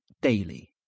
daily